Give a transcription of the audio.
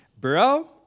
Bro